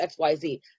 XYZ